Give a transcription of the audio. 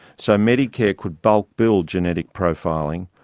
so medicare could bulk bill genetic profiling,